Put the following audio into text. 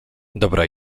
dobra